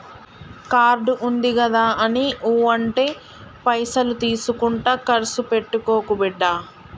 card ఉందిగదాని ఊ అంటే పైసలు తీసుకుంట కర్సు పెట్టుకోకు బిడ్డా